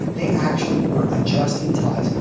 they actually were adjusting ties,